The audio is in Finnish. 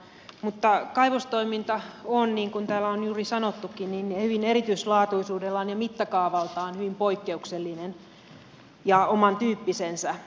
mutta kaivostoiminta on niin kuin täällä on juuri sanottukin erityislaatuisuudeltaan ja mittakaavaltaan hyvin poikkeuksellinen ja omantyyppisensä